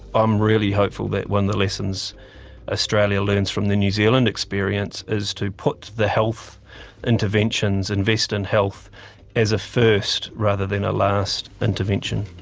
i'm really hopeful that one of the lessons australia learns from the new zealand experience is to put the health interventions, invest in health as a first rather than a last intervention.